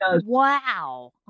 wow